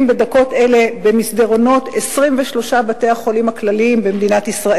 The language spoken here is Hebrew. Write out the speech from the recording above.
בדקות אלה במסדרונות 23 בתי-החולים הכלליים ברחבי המדינה.